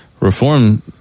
Reform